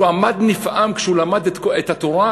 והוא עמד נפעם כשהוא למד את התורה,